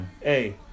hey